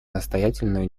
настоятельную